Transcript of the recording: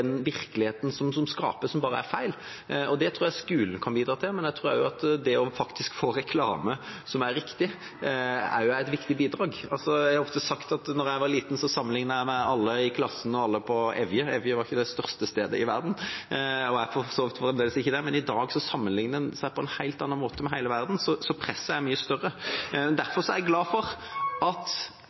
tror jeg skolen kan bidra til, men jeg tror også det å få reklame som er riktig, også er et viktig bidrag. Jeg har ofte sagt at da jeg var liten, sammenlignet jeg meg med alle i klassen og alle på Evje – Evje var ikke det største stedet i verden, og er for så vidt fremdeles ikke det – men i dag sammenligner en seg på en helt annen måte med hele verden, så presset er mye større. Derfor er jeg glad for at